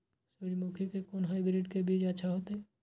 सूर्यमुखी के कोन हाइब्रिड के बीज अच्छा होते?